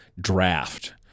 draft